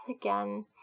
again